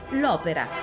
l'opera